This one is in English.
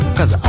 Cause